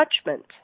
judgment